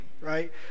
right